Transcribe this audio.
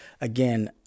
again